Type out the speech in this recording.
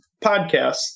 podcast